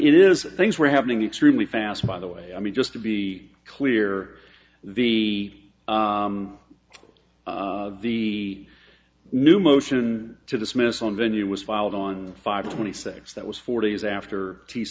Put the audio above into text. it is things were happening extremely fast by the way i mean just to be clear the the new motion to dismiss on venue was filed on five twenty six that was four days after t